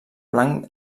blanc